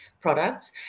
products